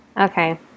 okay